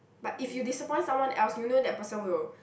but if you disappoint someone else you know that person will